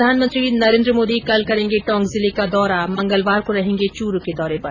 प्रधानमंत्री नरेन्द्र मोदी कल करेंगे टोंक जिले का दौरा मंगलवार को रहेंगे चूरू के दौरे पर